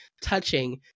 touching